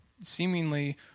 seemingly